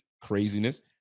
craziness